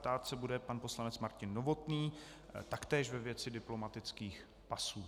Ptát se bude pan poslanec Martin Novotný, taktéž ve věci diplomatických pasů.